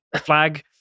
flag